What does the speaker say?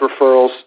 referrals